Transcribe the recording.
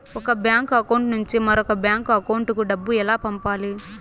ఒక bank account నుంచి మరొక బ్యాంకు అకౌంట్ కు డబ్బు ఎలా పంపాలి